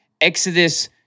Exodus